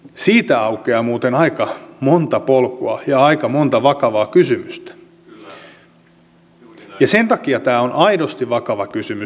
siitä aukeaa muuten aika monta polkua ja aika monta vakavaa kysymystä ja sen takia tämä on aidosti vakava kysymys